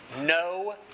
no